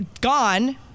gone